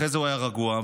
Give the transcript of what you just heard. כשהוא היה רגוע,